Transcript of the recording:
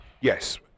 yes